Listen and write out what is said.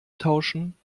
tauschen